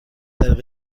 طریق